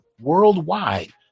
worldwide